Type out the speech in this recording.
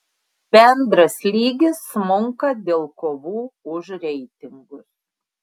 bendras lygis smunka dėl kovų už reitingus